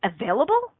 available